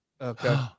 Okay